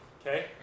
Okay